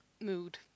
mood